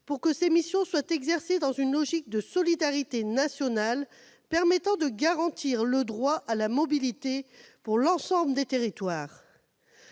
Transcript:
pour que ces missions soient exercées dans une logique de solidarité nationale permettant de garantir le droit à la mobilité pour l'ensemble des territoires.